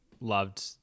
loved